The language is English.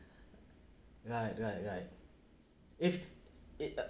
right right right if it